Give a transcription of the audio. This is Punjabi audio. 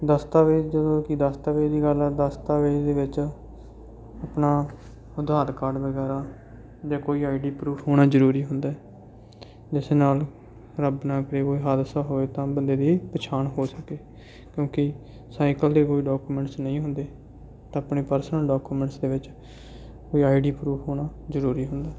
ਦਸਤਾਵੇਜ਼ ਜਦੋਂ ਕਿ ਦਸਤਾਵੇਜ਼ ਦੀ ਗੱਲ ਹੈ ਦਸਤਾਵੇਜ਼ ਦੇ ਵਿੱਚ ਆਪਣਾ ਅਧਾਰ ਕਾਰਡ ਵਗੈਰਾ ਜਾਂ ਕੋਈ ਆਈ ਡੀ ਪਰੂਫ ਹੋਣਾ ਜ਼ਰੂਰੀ ਹੁੰਦਾ ਹੈ ਜਿਸ ਨਾਲ ਰੱਬ ਨਾ ਕਰੇ ਕੋਈ ਹਾਦਸਾ ਹੋਏ ਤਾਂ ਬੰਦੇ ਦੀ ਪਛਾਣ ਹੋ ਸਕੇ ਕਿਉਂਕਿ ਸਾਈਕਲ ਦੇ ਕੋਈ ਡਾਕੂਮੈਂਟਸ ਨਹੀਂ ਹੁੰਦੇ ਤਾਂ ਆਪਣੇ ਪਰਸਨਲ ਡਾਕੂਮੈਂਟਸ ਦੇ ਵਿੱਚ ਕੋਈ ਆਈ ਡੀ ਪਰੂਫ ਹੋਣਾ ਜ਼ਰੂਰੀ ਹੁੰਦਾ ਹੈ